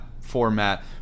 format